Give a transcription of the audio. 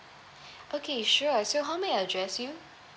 okay sure so how may I address you